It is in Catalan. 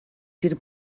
tir